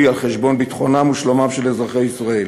על-חשבון ביטחונם ושלומם של אזרחי ישראל,